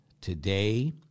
today